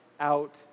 out